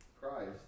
Christ